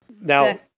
Now